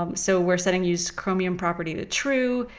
um so we're setting use chromium property to true.